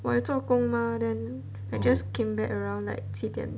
我有做工 mah then I just came back around like 七点